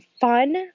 fun